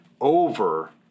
over